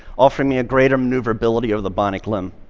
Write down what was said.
offering me a greater maneuverability over the bionic limb.